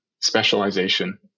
specialization